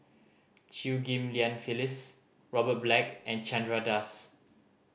Chew Ghim Lian Phyllis Robert Black and Chandra Das